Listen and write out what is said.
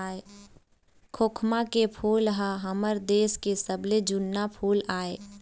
खोखमा के फूल ह हमर देश के सबले जुन्ना फूल आय